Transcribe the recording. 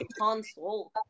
console